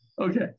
Okay